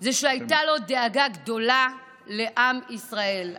זה שהייתה לו דאגה גדולה לעם ישראל.